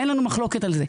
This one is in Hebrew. אין לנו מחלוקת על זה,